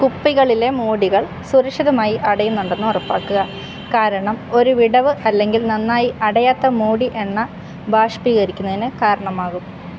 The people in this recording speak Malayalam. കുപ്പികളിലെ മൂടികൾ സുരക്ഷിതമായി അടയുന്നുണ്ടെന്ന് ഉറപ്പാക്കുക കാരണം ഒരു വിടവ് അല്ലെങ്കിൽ നന്നായി അടയാത്ത മൂടി എണ്ണ ബാഷ്പീകരിക്കുന്നതിന് കാരണമാകും